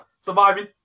Surviving